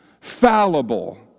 fallible